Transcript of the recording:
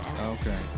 Okay